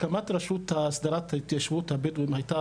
הקמת הרשות להסדרת ההתיישבות הבדואית הייתה